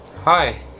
Hi